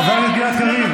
חבר הכנסת אוחנה.